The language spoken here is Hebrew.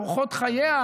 באורחות חייה,